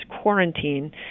quarantine